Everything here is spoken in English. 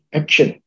action